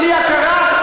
בלי הכרה,